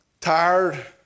Tired